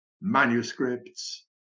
manuscripts